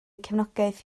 cefnogaeth